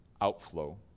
outflow